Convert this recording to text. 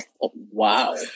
Wow